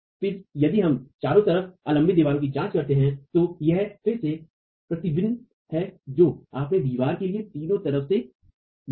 फिर यदि हम 4 तरफ आलाम्बित दीवार की जांच करते हैं तो यह फिर से प्रतिबिंब है कि आपने दीवार के लिए 3 तरफ से क्या देखा